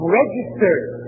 registered